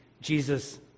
Jesus